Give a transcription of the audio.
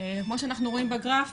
כמו שאנחנו רואים בגרף,